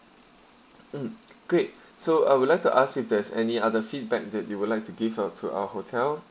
mm great so I would like to ask if there's any other feedback that you would like to give out to our hotel